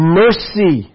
mercy